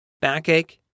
backache